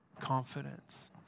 confidence